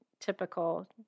typical